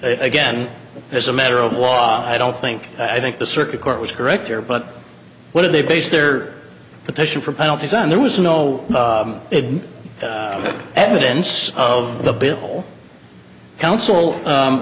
again as a matter of law i don't think i think the circuit court was correct here but what did they base their petition for penalties on there was no evidence of the bill coun